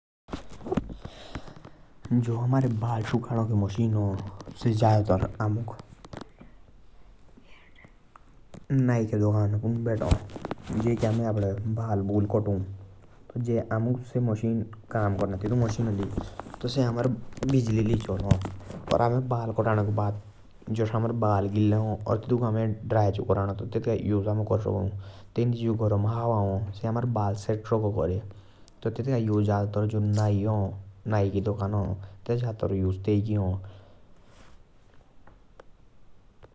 जो बाल सुकानो के मेशिन ह । से अमुक जादा तर नई के दुकाना पुन्दे भेटो । जैके हामे अपने बाल काटो । बाल काटनो के बाद जे बाल गीले ह तो अमे तेतका उसे बाल सुकानो करु ।